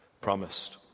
promised